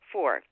Four